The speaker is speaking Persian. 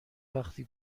وقتی